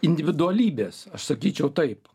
individualybės aš sakyčiau taip